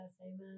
Amen